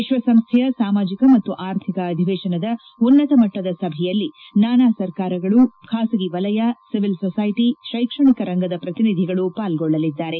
ವಿಶ್ವಸಂಸ್ಥೆಯ ಸಾಮಾಜಿಕ ಮತ್ತು ಆರ್ಥಿಕ ಅಧಿವೇಶನದ ಉನ್ನತ ಮಟ್ಟದ ಸಭೆಯಲ್ಲಿ ನಾನಾ ಸರ್ಕಾರಗಳು ಖಾಸಗಿ ವಲಯ ಸಿವಿಲ್ ಸೊಸ್ಟೆಟಿ ಶೈಕ್ಷಣಿಕ ರಂಗದ ಪ್ರತಿನಿಧಿಗಳು ಪಾಲ್ಗೊಳ್ಳಲಿದ್ದಾರೆ